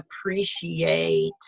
appreciate